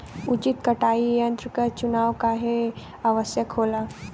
उचित कटाई यंत्र क चुनाव काहें आवश्यक होला?